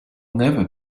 never